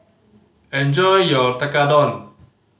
enjoy your Tekkadon